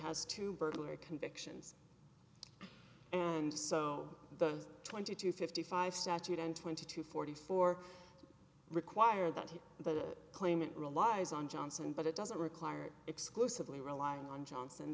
has to burglary convictions and so the twenty to fifty five statute and twenty to forty four require that he the claimant relies on johnson but it doesn't require exclusively relying on johnson